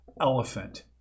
elephant